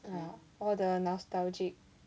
ah all the nostalgic